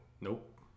Nope